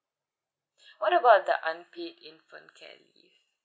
what about the unpaid infant care leave